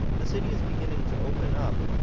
the city is beginning to open up,